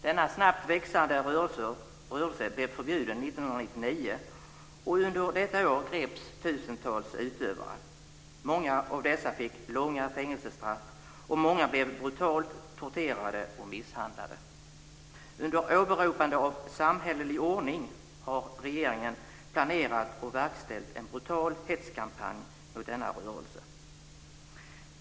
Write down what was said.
Denna snabbt växande rörelse blev förbjuden 1999, och under detta år greps tusentals utövare. Många av dessa fick långa fängelsestraff, och många blev brutalt torterade och misshandlade. Under åberopande av samhällelig ordning har regeringen planerat och verkställt en brutal hetskampanj mot denna rörelse.